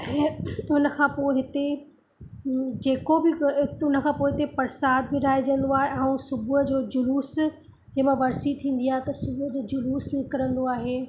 ऐं उन खां पोइ हिते जेको बि उन खां पोइ हिते प्रसाद विरिहाइजंदो आहे ऐं सुबुह जो जुलुस जंहिं मां वर्सी थींदी आहे त सुबुह जो जुलुस निकिरंदो आहे